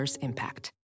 impact